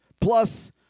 plus